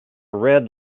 red